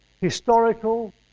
historical